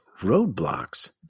roadblocks